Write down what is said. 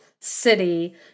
city